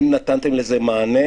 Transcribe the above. הם נתתם לזה מענה,